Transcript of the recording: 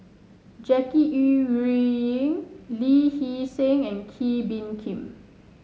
Jackie Yi Ru Ying Lee Hee Seng and Kee Bee Khim